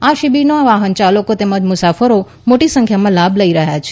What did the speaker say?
આ શિબિરનો વાહન યાલકો તેમજ મુસાફરો મોટી સંખ્યામાં લાભ લઈ રહ્યા છે